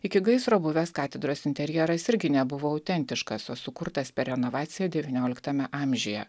iki gaisro buvęs katedros interjeras irgi nebuvo autentiškas o sukurtas per renovaciją devynioliktame amžiuje